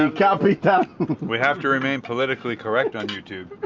and we have to remain politically correct on youtube,